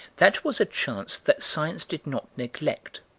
that was a chance that science did not neglect.